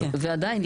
ועדיין,